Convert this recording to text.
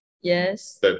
Yes